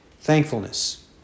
Thankfulness